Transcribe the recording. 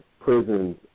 prisons